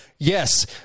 Yes